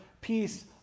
peace